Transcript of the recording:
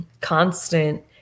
constant